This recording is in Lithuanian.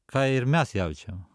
ką ir mes jaučiam